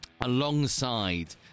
alongside